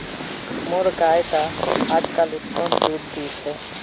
मोर गाय टा अजकालित कम दूध दी छ